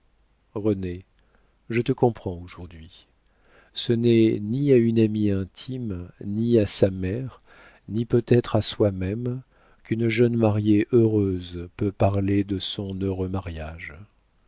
renée je te comprends aujourd'hui ce n'est ni à une amie intime ni à sa mère ni peut-être à soi-même qu'une jeune mariée heureuse peut parler de son heureux mariage